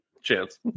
chance